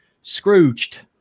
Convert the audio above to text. Scrooged